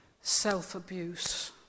self-abuse